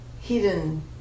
hidden